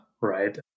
right